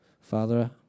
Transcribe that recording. Father